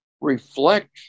reflect